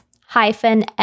hyphen